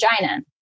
vagina